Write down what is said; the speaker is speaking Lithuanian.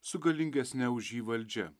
su galingesne už jį valdžia